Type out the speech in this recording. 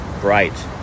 bright